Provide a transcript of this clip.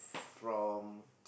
from